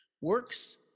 works